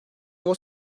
i̇vo